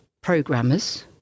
programmers